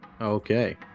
Okay